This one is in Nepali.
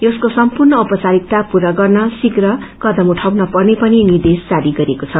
यसको सम्पूर्ण औपचारिकता पूरा गर्न श्रीघ्र कदम उठाउन पर्ने पनि निर्देश जारी गरेको छ